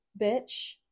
bitch